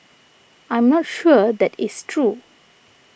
I'm not sure that is true